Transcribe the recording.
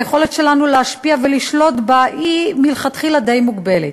היכולת שלנו להשפיע ולשלוט בה היא מלכתחילה די מוגבלת.